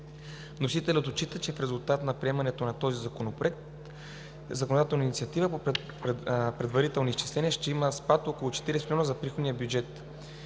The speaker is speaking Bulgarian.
Вносителят отчита, че в резултат на приемането на тази законодателна инициатива по предварителни изчисления ще има спад от около 40 млн. лв. за приходите в бюджета.